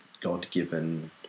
God-given